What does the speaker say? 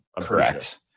Correct